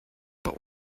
but